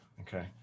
okay